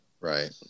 right